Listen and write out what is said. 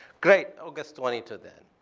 great. august twenty two, then.